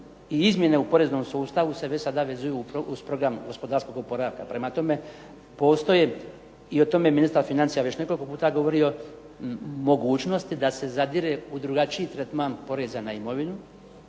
i izmjene u poreznom sustavu se već sada vezuju uz program gospodarskog oporavka, prema tome postoje i o tome ministar financija već nekoliko puta govorio, mogućnosti da se zadire u drugačiji tretman poreza na imovinu,